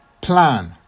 plan